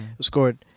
scored